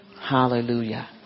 Hallelujah